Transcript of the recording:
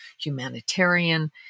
humanitarian